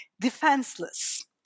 defenseless